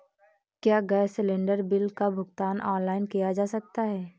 क्या gas cylinder bill का भुगतान ऑनलाइन किया जा सकता है?